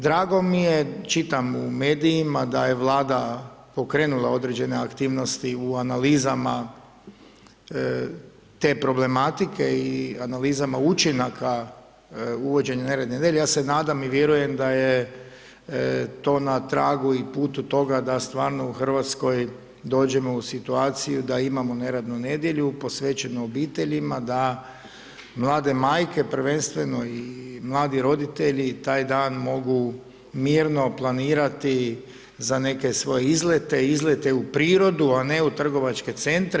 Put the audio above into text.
Drago mi je, čitam u medijima da je Vlada pokrenula određene aktivnosti u analizama te problematike i analizama učinaka uvođenja neradne nedjelje, ja se nadam i vjerujem da je to na tragu i putu toga da stvarno u Hrvatskoj dođemo u situaciju da imamo neradnu nedjelju, posvećenu obiteljima da mlade majke, prvenstveno i mladi roditelji taj dan mogu mirno planirati za neke svoje izlete, izlete u prirodu a ne u trgovačke centre.